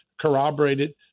corroborated